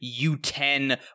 U10